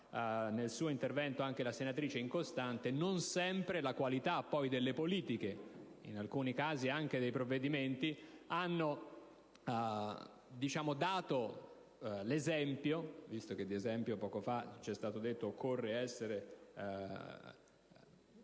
nel suo intervento anche la senatrice Incostante - non sempre la qualità delle politiche (in alcuni casi anche dei provvedimenti) ha dato l'esempio - visto che dell'esempio ci è stato detto occorre essere